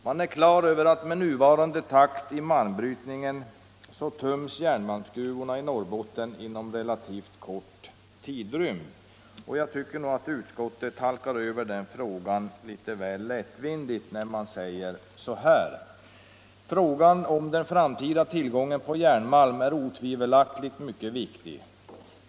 Man är klar över att med nuvarande takt i malmbrytningen töms järnmalmsgruvorna i Norrbotten inom relativt kort tidrymd. Jag tycker nog att utskottet halkar över den frågan litet väl lättvindigt när man säger: ”Frågan om den framtida tillgången på järnmalm är otvivelaktigt mycket viktig.